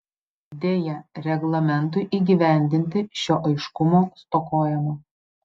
deja reglamentui įgyvendinti šio aiškumo stokojama